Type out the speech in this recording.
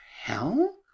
hell